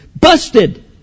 Busted